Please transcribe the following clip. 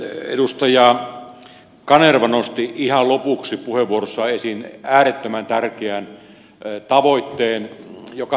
edustaja kanerva nosti ihan lopuksi puheenvuorossaan esiin äärettömän tärkeän tavoitteen joka tahtoo unohtua